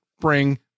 bring